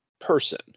person